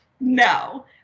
no